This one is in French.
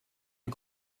les